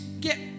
get